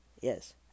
Yes